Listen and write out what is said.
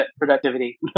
productivity